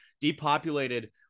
depopulated